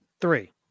Three